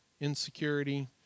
insecurity